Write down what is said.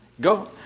Go